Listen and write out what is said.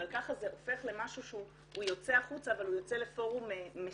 אבל ככה זה הופך למשהו שהוא יוצא החוצה אבל הוא יוצא לפורום מסודר.